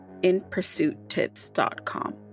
inpursuittips.com